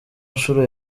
nshuro